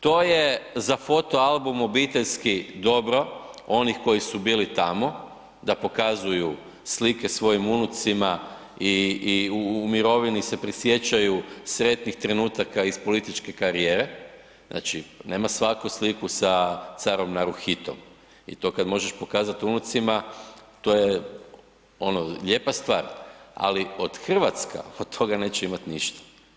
To je za foto album obiteljski dobro onih koji su bili tamo da pokazuju slike svojim unucima i u mirovini se prisjećaju sretnih trenutaka iz političke karijere, znači nema svako sliku sa carom Naruhitom i to kada možeš pokazati unucima to je ono lijepa stvar, ali Hrvatska od toga neće imati ništa.